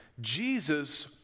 Jesus